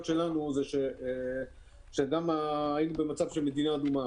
שלנו היא שהיינו במצב של מדינה אדומה.